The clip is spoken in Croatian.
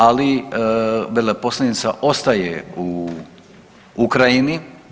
Ali veleposlanica ostaje u Ukrajini.